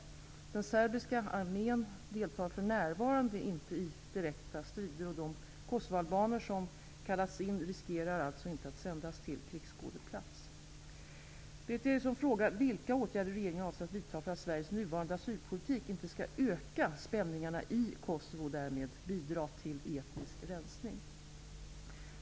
Den serbiska armén deltar för närvarande inte i direkta strider. De kosovoalbaner som kallats in riskerar alltså inte att sändas till krigsskådeplats. Berith Eriksson frågar vilka åtgärder regeringen avser att vidta för att Sveriges nuvarande asylpolitik inte skall öka spänningarna i Kosovo och därmed bidra till etnisk rensning.